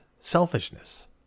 selfishness